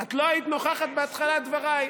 את לא היית נוכחת בהתחלת דבריי.